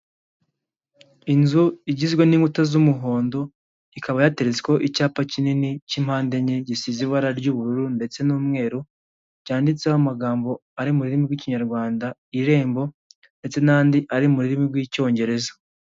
Inzu igizwe n'inkuta z'umuhondo ikaba yateretsweho icyapa kinini cy'impande enye gisize ibara ry'ubururu ndetse n'umweru cyanditseho amagambo ari mu rurimi rw'ikinyarwanda "irembo" ndetse n'andi ari mu rurimi rw'icyongereza.